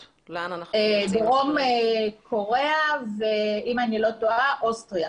דרום קוריאה ואם אני לא טועה אוסטריה.